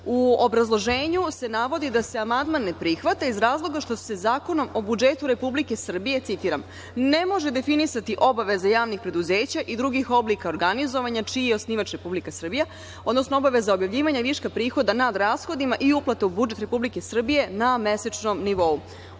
obrazloženju se navodi da se amandman ne prihvata iz razloga što se Zakonom o budžetu Republike Srbije, citiram – ne može definisati obaveza javnih preduzeća i drugih oblika organizovanja čiji je osnivač Republika Srbije, odnosno obaveza objavljivanja i viška prihoda nad rashodima i uplati u budžet Republike Srbije na mesečnom nivou. Ovo